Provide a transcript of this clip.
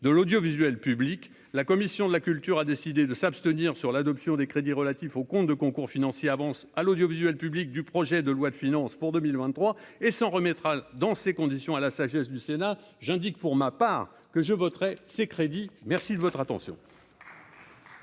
de l'audiovisuel public, la commission de la culture, a décidé de s'abstenir sur l'adoption des crédits relatifs au compte de concours financiers avances à l'audiovisuel public, du projet de loi de finances pour 2023 et s'en remettra dans ces conditions à la sagesse du Sénat j'indique, pour ma part que je voterai ces crédits, merci de votre attention.